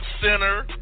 center